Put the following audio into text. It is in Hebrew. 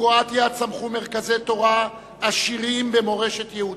בקרואטיה צמחו מרכזי תורה עשירים במורשת יהודית.